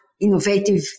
innovative